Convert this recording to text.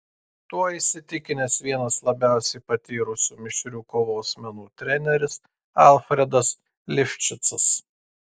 tuo įsitikinęs vienas labiausiai patyrusių mišrių kovos menų treneris alfredas lifšicas